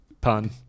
pun